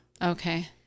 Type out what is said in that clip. Okay